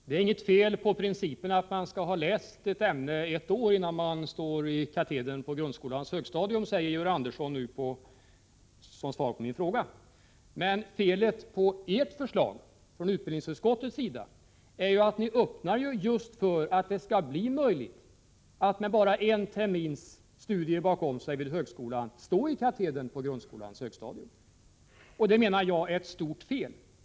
Herr talman! Det är inget fel på principen att man skall ha läst ett ämne i ett år innan man står i katedern på grundskolans högstadium, säger Georg Andersson som svar på min fråga. Men felet med ert förslag från utbildningsutskottet är ju att ni just öppnar för att det skall bli möjligt att med bara en termins studier bakom sig stå i katedern på grundskolans högstadium. Det menar jag är ett stort fel.